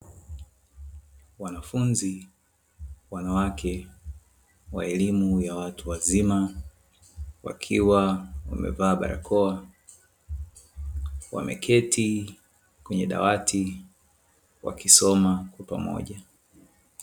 Wanafunzi wanawake wa elimu ya watu wazima wakiwa wamevaa barakoa, wameketi kwenye dawati wakisoma kwa pamoja.